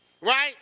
right